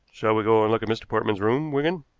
shall we go and look at mr. portman's room, wigan?